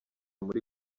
muri